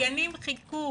הגנים חיכו